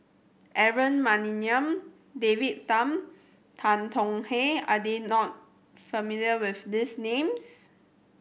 Aaron Maniam David Tham Tan Tong Hye are there not familiar with these names